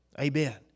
Amen